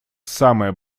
самое